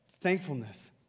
Thankfulness